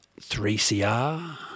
3CR